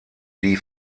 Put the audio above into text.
die